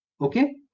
Okay